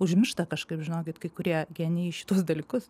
užmiršta kažkaip žinokit kai kurie genijai šituos dalykus